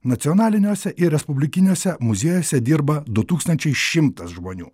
nacionaliniuose ir respublikiniuose muziejuose dirba du tūkstančiai šimtas žmonių